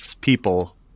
people